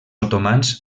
otomans